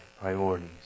priorities